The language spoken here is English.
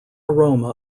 aroma